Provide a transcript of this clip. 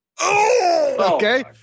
Okay